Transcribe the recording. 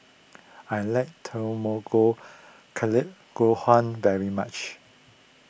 I like Tamago Kake Gohan very much